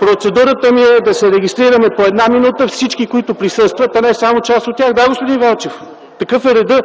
Процедурата ми е да се регистрираме по една минута и то всички, които присъстват, а не само част от тях. (Реплики от ГЕРБ.) Да, господин Велчев! Такъв е редът!